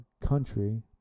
country